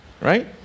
Right